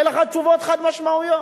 אין לך תשובות חד-משמעיות,